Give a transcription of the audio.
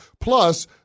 Plus